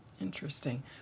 Interesting